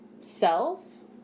cells